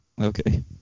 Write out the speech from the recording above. Okay